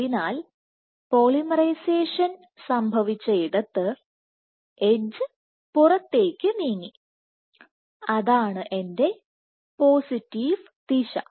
അതിനാൽ പോളിമറൈസേഷൻ സംഭവിച്ചയിടത്ത് എഡ്ജ് പുറത്തേക്ക് നീങ്ങി അതാണ് എന്റെ പോസിറ്റീവ് ദിശ